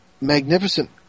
magnificent